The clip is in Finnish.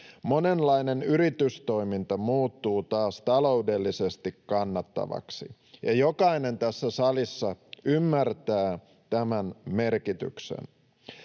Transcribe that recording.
Monenlainen yritystoiminta muuttuu taas taloudellisesti kannattavaksi, ja jokainen tässä salissa ymmärtää tämän merkityksen.